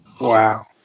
wow